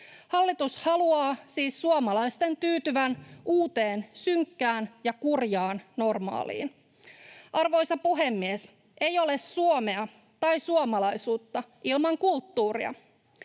Hallitus haluaa siis suomalaisten tyytyvän uuteen synkkään ja kurjaan normaaliin. Arvoisa puhemies! Ei ole Suomea tai suomalaisuutta ilman kulttuuria.